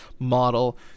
Model